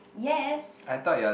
yes